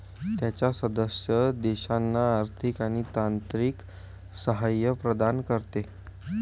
त्याच्या सदस्य देशांना आर्थिक आणि तांत्रिक सहाय्य प्रदान करते